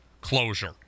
closure